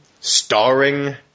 starring